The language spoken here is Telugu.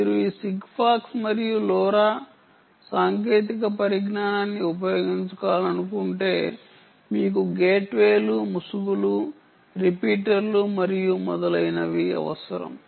మీరు ఈ సిగ్ఫాక్స్ మరియు లోరా సాంకేతిక పరిజ్ఞానాన్ని ఉపయోగించాలనుకుంటే మీకు గేట్వేలు ముసుగులు రిపీటర్లు మరియు మొదలైనవి అవసరం